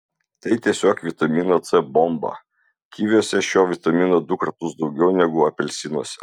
tai tiesiog vitamino c bomba kiviuose šio vitamino du kartus daugiau negu apelsinuose